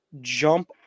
jump